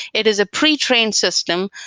it is a pre-trained system.